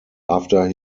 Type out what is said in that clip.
after